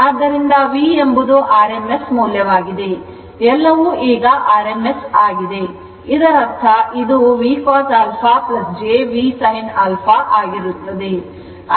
ಆದ್ದರಿಂದ V ಎಂಬುದು rms ಮೌಲ್ಯವಾಗಿದೆ ಎಲ್ಲವೂ ಈಗ rms ಆಗಿದೆ ಇದರರ್ಥ ಇದು VCos α j V sin α ಆಗಿರುತ್ತದೆ